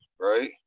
Right